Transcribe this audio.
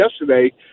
yesterday